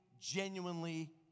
genuinely